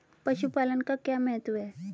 पशुपालन का क्या महत्व है?